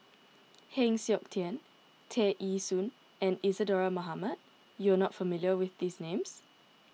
Heng Siok Tian Tear Ee Soon and Isadhora Mohamed you are not familiar with these names